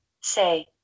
say